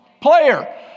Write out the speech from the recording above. player